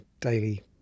daily